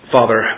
Father